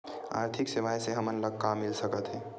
आर्थिक सेवाएं से हमन ला का मिल सकत हे?